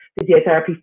physiotherapy